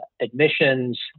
admissions